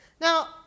Now